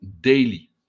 daily